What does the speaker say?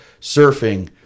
surfing